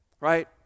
right